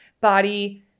body